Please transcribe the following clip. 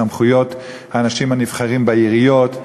מסמכויות האנשים הנבחרים בעיריות.